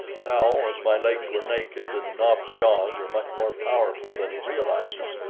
now, as my legs were naked and nobs' jaws are much more powerful than he realizes,